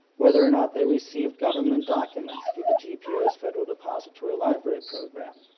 whether or not they received government documents through the gpo's federal depository library program.